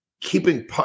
Keeping